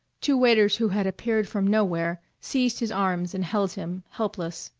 two waiters who had appeared from nowhere seized his arms and held him, helpless.